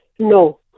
No